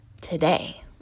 today